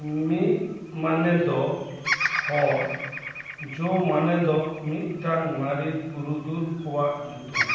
ᱢᱤᱫ ᱢᱟᱱᱮᱫᱚ ᱦᱚᱲ ᱡᱳ ᱢᱟᱱᱮᱫᱚ ᱢᱤᱫ ᱴᱟᱝ ᱢᱟᱨᱮ ᱯᱩᱨᱩᱫᱷᱩᱞ ᱠᱚᱣᱟᱜ ᱧᱩᱛᱩᱢ